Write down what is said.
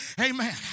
amen